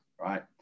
right